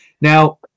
Now